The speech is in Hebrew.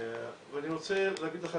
אני רוצה להגיד לך,